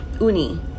uni